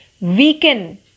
weaken